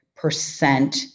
Percent